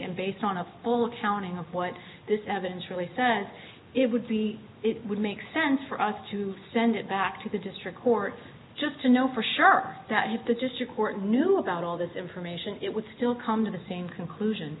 and based on a full accounting of what this evidence really says it would be it would make sense for us to send it back to the district court just to know for sure that if the district court knew about all this information it would still come to the same conclusion